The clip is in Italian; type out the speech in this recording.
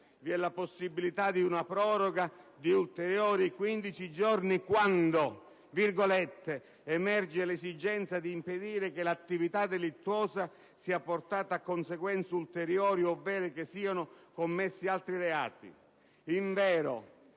vi è la possibilità di una proroga di 15 giorni quando «emerge l'esigenza di impedire che l'attività delittuosa sia portata a conseguenze ulteriori, ovvero che siano commessi altri reati». Invero,